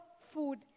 food